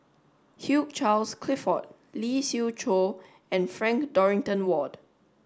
Hugh Charles Clifford Lee Siew Choh and Frank Dorrington Ward